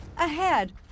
ahead